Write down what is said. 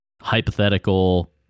hypothetical